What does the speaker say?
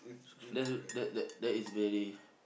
s~ that that that that is very